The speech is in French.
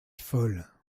folle